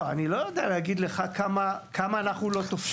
לא, אני לא יודע להגיד לך כמה אנחנו לא תופסים.